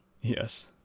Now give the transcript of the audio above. Yes